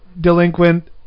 delinquent